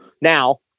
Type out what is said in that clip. now